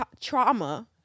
trauma